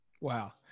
Wow